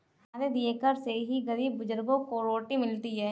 हमारे दिए कर से ही गरीब बुजुर्गों को रोटी मिलती है